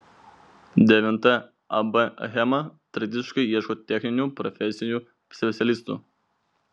devinta ab achema tradiciškai ieško techninių profesijų specialistų